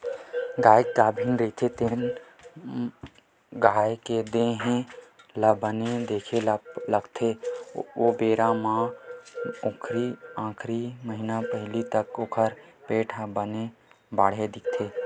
गाय गाभिन रहिथे तेन बेरा म गाय के देहे ल बने देखे ल लागथे ओ बेरा म आखिरी के दू महिना पहिली तक ओखर पेट ह बने बाड़हे दिखथे